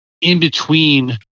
in-between